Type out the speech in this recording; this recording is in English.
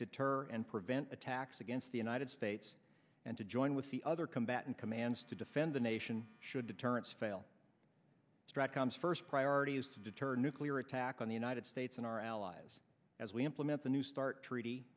deter and prevent attacks against the united states and to join with the other combatant commands to defend the nation should deterrence fail strike comes first priority is to deter nuclear attack on the united states and our allies as we implement the new start treaty